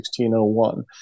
1601